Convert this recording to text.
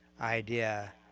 idea